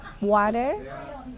water